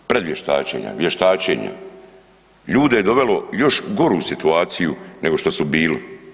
Predvještačenja, vještačenja ljude je dovelo u još goru situaciju nego što su bili.